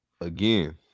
Again